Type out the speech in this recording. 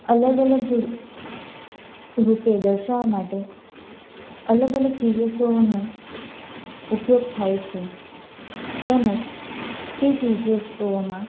અલગ અલગ રૂપે દર્શાવવા માટે અલગ અલગ ચીજ વસ્તુઓનો ઉપયોગ થાય છે તેમજ તે ચીજ વસ્તુઓમાં